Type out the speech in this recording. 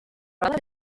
roda